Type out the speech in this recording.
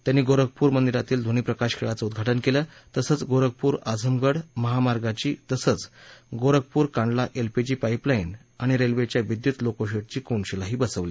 त्यांनी गोरखपूर मंदिरातील ध्वनीप्रकाश खेळाच उद्घाटन केलं तसंच गोरखपूर आझमगड महामार्गाची तसंच गोरखपूर कांडला एलपीजी पाईपलाईन आणि रेल्वेच्या विद्युत लोकोशेडची कोनशिलाही बसवली